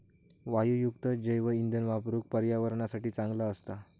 वायूयुक्त जैवइंधन वापरुक पर्यावरणासाठी चांगला असता